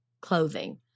clothing